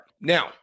Now